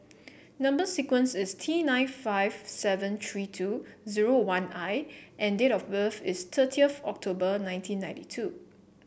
number sequence is T nine five seven three two zero one I and date of birth is thirty of October nineteen ninety two